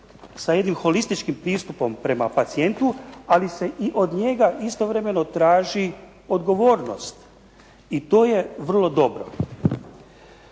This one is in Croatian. sa jednim holističkim pristupom prema pacijentu, ali se i od njega istovremeno traži odgovornost i to je vrlo dobro.